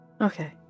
Okay